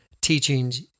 teachings